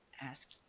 ask